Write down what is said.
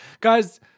Guys